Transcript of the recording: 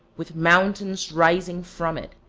with mountains rising from it,